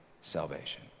salvation